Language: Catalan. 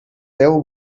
deu